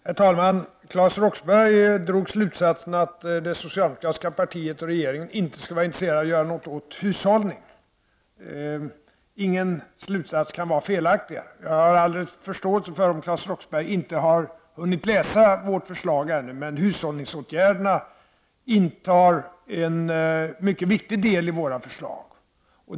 Herr talman! Claes Roxbergh drog slutsatsen att det socialdemokratiska partiet och regeringen inte skulle vara intresserade av att göra något åt hushållningen. Ingen slutsats kan vara felaktigare. Jag har all förståelse för om Claes Roxbergh inte har hunnit läsa vårt förslag ännu, men hushållningsåtgärderna intar en mycket viktig del i vårt förslag.